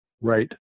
Right